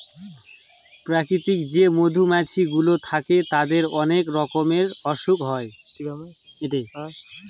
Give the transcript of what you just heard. প্রাকৃতিক যে মধুমাছি গুলো থাকে তাদের অনেক রকমের অসুখ হয়